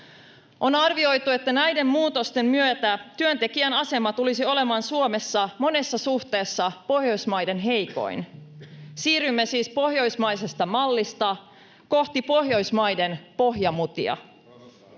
On arvioitu, että näiden muutosten myötä työntekijän asema tulisi olemaan Suomessa monessa suhteessa Pohjoismaiden heikoin. Siirrymme siis pohjoismaisesta mallista kohti Pohjoismaiden pohjamutia.